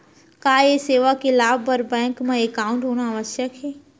का ये सेवा के लाभ बर बैंक मा एकाउंट होना आवश्यक हे